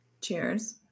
cheers